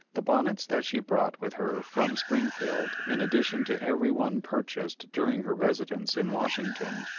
the bonnets that she brought with her from springfield, in addition to every one purchased during her residence in washington,